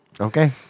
Okay